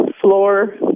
floor